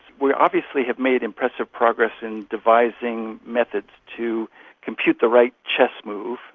we obviously have made impressive progress in devising methods to compute the right chess move.